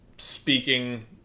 Speaking